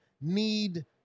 need